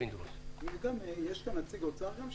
יהיה נציג אוצר?